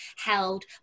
held